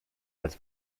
als